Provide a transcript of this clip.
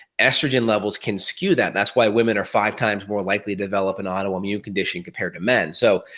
estrogen levels can skew that, that's why women are five times more likely to develop an autoimmune condition compared to men. so,